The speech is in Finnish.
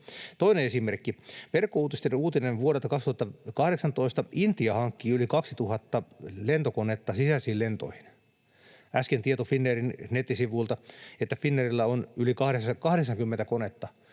Toinen esimerkki. Verkkouutisten uutinen vuodelta 2018: Intia hankkii yli 2 000 lentokonetta sisäisiin lentoihin. Äsken tieto Finnairin nettisivuilta: Finnairilla on yli 80 konetta.